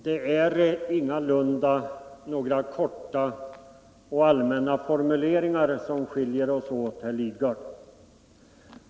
Herr talman! Det är ingalunda några korta och allmänna formuleringar som skiljer oss åt, herr Lidgard.